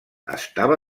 estava